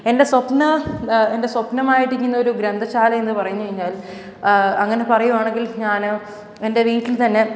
എൻ്റെ സ്വപ്നം എൻ്റെ സ്വപ്നമായിട്ടിരിക്കുന്ന ഒരു ഗ്രന്ഥശാല എന്ന് പറഞ്ഞൂ കഴിഞ്ഞാൽ അങ്ങനെ പറയുകയാണെങ്കിൽ ഞാൻ എൻ്റെ വീട്ടിൽ തന്നെ